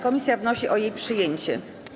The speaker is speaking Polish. Komisja wnosi o jej przyjęcie.